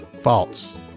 False